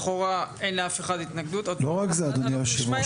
לכאורה אין לאף אחד התנגדות --- לא רק זה אדוני היו"ר,